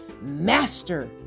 master